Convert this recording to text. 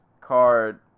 card